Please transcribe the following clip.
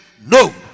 no